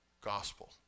gospel